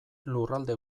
lurralde